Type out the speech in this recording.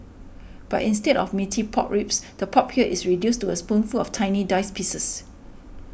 but instead of meaty pork ribs the pork here is reduced was a spoonful of tiny diced pieces